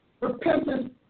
repentance